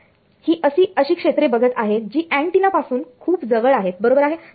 तर ही अशी क्षेत्रे बघत आहे जी अँटिना पासून खूप जवळ आहेत बरोबर आहे